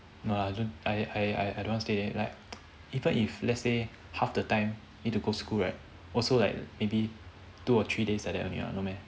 no I don't I I don't want stay eh like even if let's say half the time need to go school right also like maybe two or three days like that only no meh